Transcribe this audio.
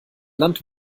land